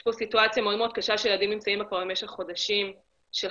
יש פה סיטואציה מאוד קשה שילדים נמצאים במשך חודשים בחרדה,